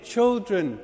Children